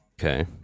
Okay